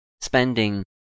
spending